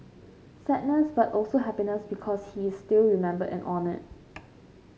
sadness but also happiness because he is still remembered and honoured